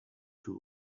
two